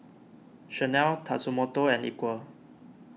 Chanel Tatsumoto and Equal